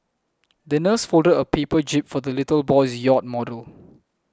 the nurse folded a paper jib for the little boy's yacht model